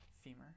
femur